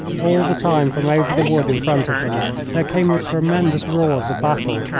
all the time from over the wood in front of them there came the tremendous roar of the battle,